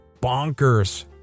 bonkers